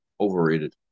overrated